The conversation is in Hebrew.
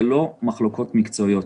זה לא מחלוקות מקצועיות,